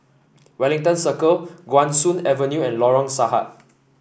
Wellington Circle Guan Soon Avenue and Lorong Sahad